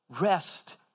rest